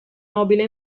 nobile